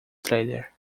trailer